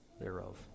thereof